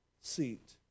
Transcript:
seat